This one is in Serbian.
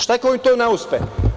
Šta ako im to ne uspe?